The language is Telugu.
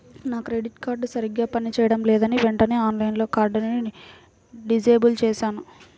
నా క్రెడిట్ కార్డు సరిగ్గా పని చేయడం లేదని వెంటనే ఆన్లైన్లో కార్డుని డిజేబుల్ చేశాను